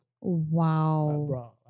Wow